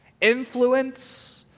influence